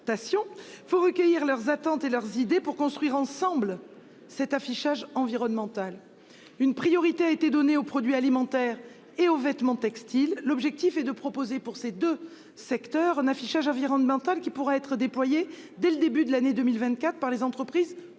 pour recueillir leurs attentes et leurs idées, afin de construire ensemble cet affichage environnemental. Priorité a été donnée aux produits alimentaires et aux textiles. L'objectif est, pour ces deux secteurs, qu'un affichage environnemental puisse être déployé dès le début de l'année 2024 par les entreprises volontaires,